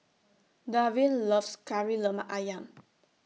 Darvin loves Kari Lemak Ayam